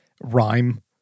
rhyme